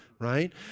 right